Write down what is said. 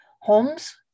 Holmes